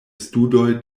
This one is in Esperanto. studoj